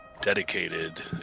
dedicated